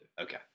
Okay